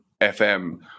FM